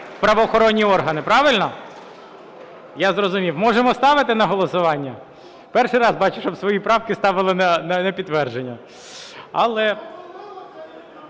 правоохоронні органи. Правильно? Я зрозумів. Можемо ставити на голосування? Перший раз бачу, щоб свої правки ставили не на підтвердження.